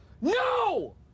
No